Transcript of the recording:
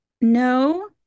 No